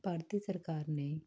ਭਾਰਤੀ ਸਰਕਾਰ ਨੇ